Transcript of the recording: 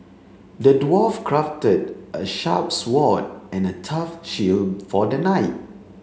the dwarf crafted a sharp sword and a tough shield for the knight